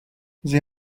sie